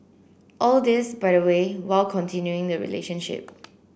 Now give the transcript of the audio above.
all this by the way while continuing the relationship